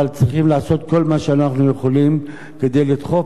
אבל צריכים לעשות כל מה שאנחנו יכולים כדי לדחוף